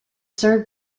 served